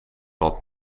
wat